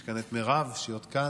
יש כאן את מירב, שהיא עוד כאן,